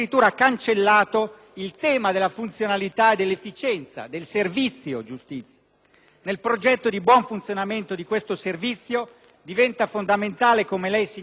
Nel progetto di buon funzionamento di questo servizio diventa fondamentale, come lei, signor Ministro, ha opportunamente segnalato, il ruolo politico ed organizzativo del Ministero da lei diretto.